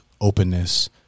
openness